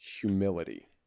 Humility